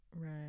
right